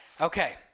Okay